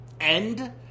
end